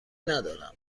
ندارم